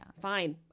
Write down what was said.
Fine